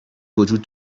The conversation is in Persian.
وجود